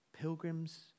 Pilgrims